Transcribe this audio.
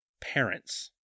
Parents